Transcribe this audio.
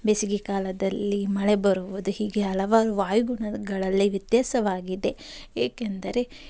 ಬೇಸಿಗೆ ಕಾಲದಲ್ಲಿ ಮಳೆ ಬರುವುದು ಹೀಗೆ ಹಲವಾರು ವಾಯುಗುಣಗಳಲ್ಲಿ ವ್ಯತ್ಯಾಸವಾಗಿದೆ ಏಕೆಂದರೆ